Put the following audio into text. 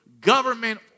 government